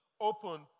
open